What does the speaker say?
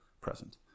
present